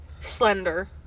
slender